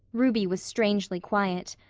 ruby was strangely quiet.